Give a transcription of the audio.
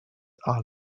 are